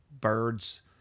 birds